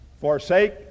forsake